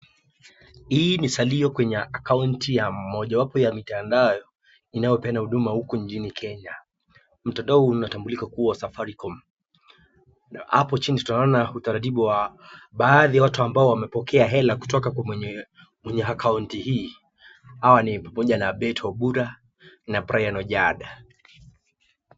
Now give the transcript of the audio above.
Hii ni salio ya kwenye akaunti mojawapo ya mitandao inayopeana huduma huku nchini Kenya, mtandao unatambulika kuwa safaricom na hapo chini tunaona utaratibu wa baadhi ya watu ambao wamepokea hela kutoka kwa mwenye akaunti hii, hawa ni pamoja na Beth Obura na Brian Ochard.